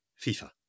FIFA